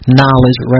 knowledge